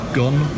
gone